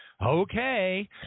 Okay